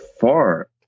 far